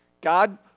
God